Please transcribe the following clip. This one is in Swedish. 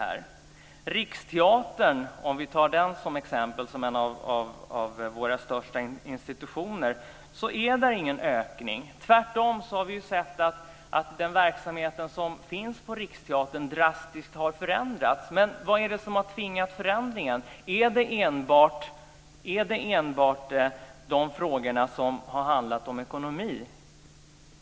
Vi kan ta Riksteatern som exempel, som ju är en av våra största institutioner. Där är det ingen ökning. Tvärtom har vi sett att verksamheten på Riksteatern drastiskt har förändrats. Vad är det som har tvingat fram en förändring? Är det enbart frågor om ekonomi?